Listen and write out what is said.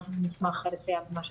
אנחנו נשמח לסייע במה שצריך.